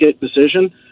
decision